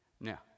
Now